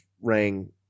rang